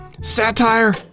satire